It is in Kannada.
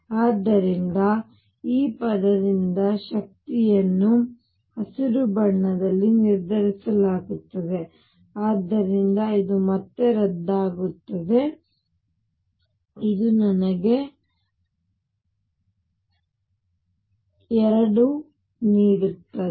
ಆದ್ದರಿಂದ ಈ ಪದದಿಂದ ಶಕ್ತಿಯನ್ನು ಹಸಿರು ಬಣ್ಣದಲ್ಲಿ ನಿರ್ಧರಿಸಲಾಗುತ್ತದೆ ಆದ್ದರಿಂದ ಇದು ಮತ್ತೆ ರದ್ದಾಗುತ್ತದೆ ಇದು ನನಗೆ 2 ನೀಡುತ್ತದೆ